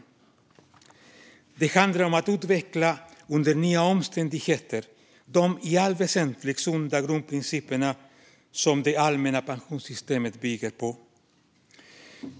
Vad det handlar om är att under nya omständigheter utveckla de i allt väsentligt sunda grundprinciper som det allmänna pensionssystemet bygger på.